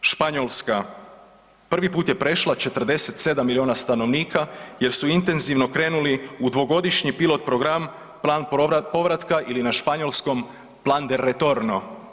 Španjolska prvi put je prešla 47 milijuna stanovnika jer su intenzivno krenuli u dvogodišnji pilot program plan povratka ili na španjolskom „Plan de retorno“